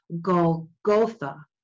Golgotha